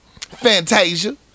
Fantasia